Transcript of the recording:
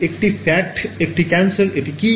এটি ফ্যাট এটি ক্যান্সার এটি কী